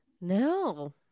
No